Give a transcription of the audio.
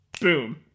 boom